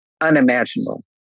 unimaginable